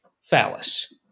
phallus